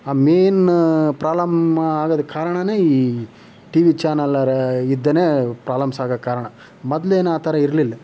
ಆ main problem ಆಗೋದಕ್ಕೆ ಕಾರಣಾನೇ ಈ ಟಿವಿ ಚಾನೆಲರ ಇಂದಲೇ ಪ್ರಾಬ್ಲೆಮ್ಸ್ ಆಗೋಕ್ಕೆ ಕಾರಣ ಮೊದ್ಲು ಏನು ಆ ಥರ ಇರ್ಲಿಲ್ಲ